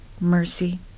mercy